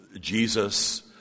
Jesus